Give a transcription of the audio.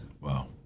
Wow